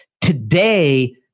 Today